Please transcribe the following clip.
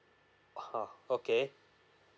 (uh huh) okay